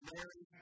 Mary